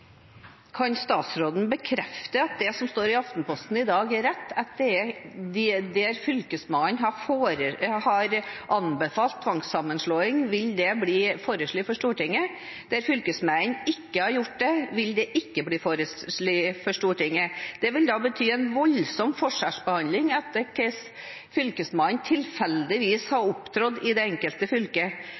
Kan statsråden bekrefte at det som står i Aftenposten i dag, er rett, at der Fylkesmannen har anbefalt tvangssammenslåing, vil det bli foreslått for Stortinget, og der Fylkesmannen ikke har gjort det, vil det ikke bli foreslått for Stortinget? Det vil da bety en voldsom forskjellsbehandling alt etter hvordan Fylkesmannen tilfeldigvis har opptrådt i det enkelte fylke.